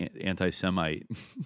anti-Semite